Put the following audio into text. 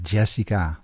Jessica